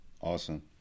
Awesome